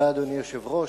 אדוני היושב-ראש,